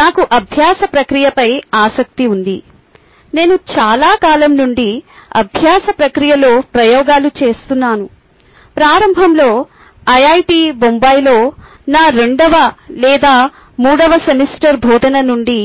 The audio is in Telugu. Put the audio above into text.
నాకు అభ్యాస ప్రక్రియపై ఆసక్తి ఉంది నేను చాలా కాలం నుండి అభ్యాస ప్రక్రియలో ప్రయోగాలు చేస్తున్నాను ప్రారంభంలో ఐఐటి బొంబాయిలో నా రెండవ లేదా మూడవ సెమిస్టర్ బోధన నుండి